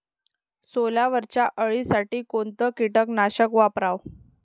सोल्यावरच्या अळीसाठी कोनतं कीटकनाशक वापराव?